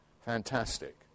fantastic